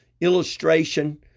illustration